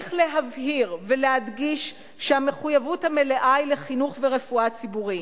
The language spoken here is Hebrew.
צריך להבהיר ולהדגיש שהמחויבות המלאה היא לחינוך ורפואה ציבוריים.